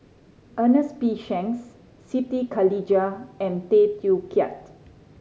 Ernest P Shanks Siti Khalijah and Tay Teow Kiat